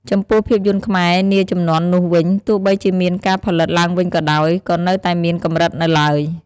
ចំពោះភាពយន្តខ្មែរនាជំនាន់នោះវិញ ទោះបីជាមានការផលិតឡើងវិញក៏ដោយ ក៏នៅតែមានកម្រិតនៅឡើយ។